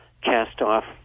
cast-off